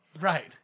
right